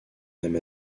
même